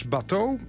Bateau